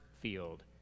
field